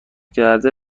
کرده